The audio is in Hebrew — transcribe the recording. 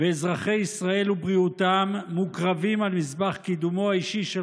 ואזרחי ישראל ובריאותם מוקרבים על מזבח קידומו האישי של